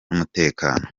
n’umutekano